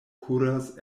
kuras